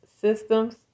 systems